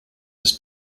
das